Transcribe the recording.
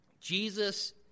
Jesus